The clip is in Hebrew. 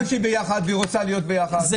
כל זמן שהיא ביחד והיא רוצה להיות ביחד מחבקים אותה,